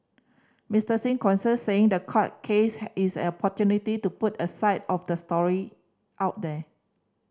Mister Singh concurred saying the court case has is an opportunity to put a side of the story out there